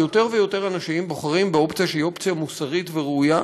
יותר ויותר אנשים בוחרים באופציה שהיא אופציה מוסרית וראויה